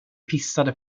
pissade